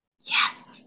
Yes